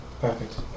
perfect